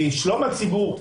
שלום הציבור,